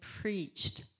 preached